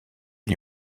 lui